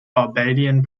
barbadian